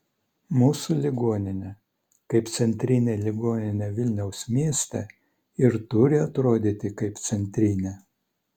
mūsų ligoninė kaip centrinė ligoninė vilniaus mieste ir turi atrodyti kaip centrinė